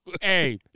Hey